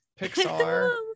Pixar